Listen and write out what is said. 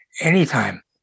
anytime